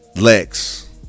Lex